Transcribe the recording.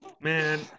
Man